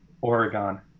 Oregon